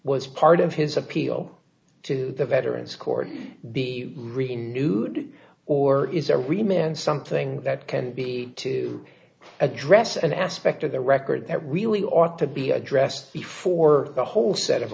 was part of his appeal to the veterans court be renewed or is a remained something that can be to address an aspect of the record that really ought to be addressed before the whole set of